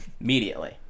Immediately